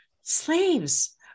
Slaves